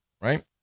right